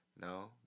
No